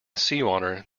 seawater